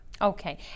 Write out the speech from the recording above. Okay